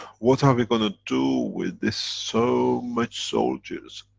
what are we gonna do with this so much soldiers,